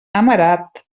amarat